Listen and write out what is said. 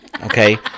Okay